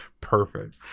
Perfect